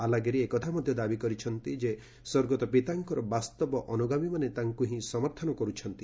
ଆଲାଗିରୀ ଏକଥା ମଧ୍ୟ ଦାବି କରିଛନ୍ତି ସ୍ୱର୍ଗତ ପିତାଙ୍କର ବାସ୍ତବ ଅନୁଗାମୀମାନେ ତାଙ୍କୁ ହିଁ ସମର୍ଥନ କରୁଛନ୍ତି